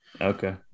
Okay